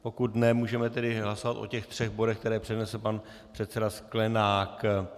Pokud ne, můžeme hlasovat o těch třech bodech, které přednesl pan předseda Sklenák.